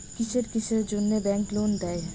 কিসের কিসের জন্যে ব্যাংক লোন দেয়?